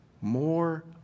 more